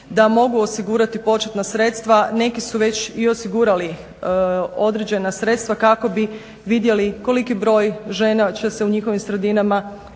da mogu osigurati početna sredstva. Neki su već i osigurali određena sredstva kako bi vidjeli koliki broj žena će se u njihovim sredinama